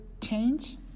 change